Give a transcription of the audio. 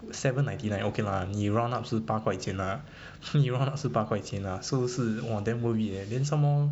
seven ninety nine okay lah 你 round up 是八块钱 lah ah 你 round up 是八块钱 ah so 是 !wah! damn worth it eh then some more